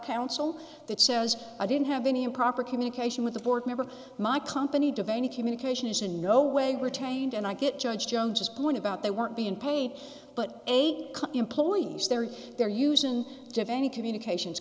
council that says i didn't have any improper communication with the board member my company devane the communication is in no way retained and i get judge jones this point about they weren't being paid but eight employees there they're using to any communications